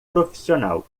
profissional